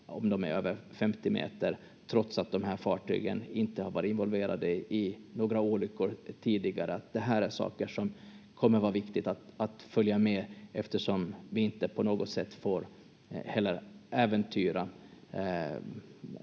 om de är över 50 meter, trots att de här fartygen inte har varit involverade i några olyckor tidigare? Det här är saker som kommer vara viktigt att följa med eftersom vi inte på något sätt heller får äventyra